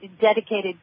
dedicated